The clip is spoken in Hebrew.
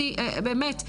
באמת,